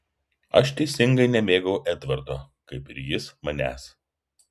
aš teisingai nemėgau edvardo kaip ir jis manęs